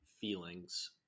feelings